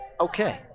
Okay